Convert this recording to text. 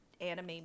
anime